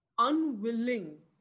unwilling